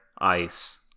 ice